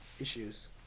issues